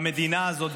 במדינה הזאת,